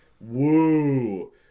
Woo